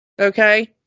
Okay